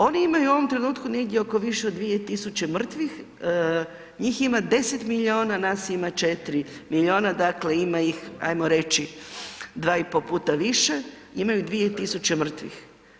Oni imaju u ovom trenutku negdje oko više od 2.000 mrtvih, njih ima 10 miliona, nas ima 4 miliona, dakle ima ih ajmo reći 2,5 puta više imaju 2.000 mrtvih.